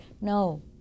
No